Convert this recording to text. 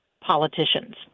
politicians